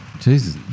Jesus